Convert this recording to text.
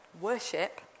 worship